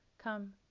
Come